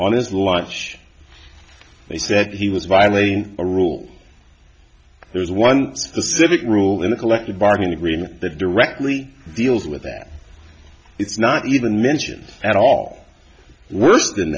on his lunch they said he was violating a rule there's one specific rule in the collective bargaining agreement that directly deals with that it's not even mentioned at all worse than